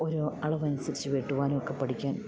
ഒരോ അളവനുസരിച്ച് വെട്ടുവാനും ഒക്കെ പഠിക്കാൻ